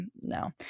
No